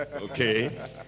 Okay